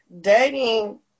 Dating